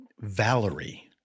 Valerie